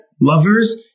lovers